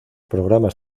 programas